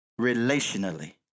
relationally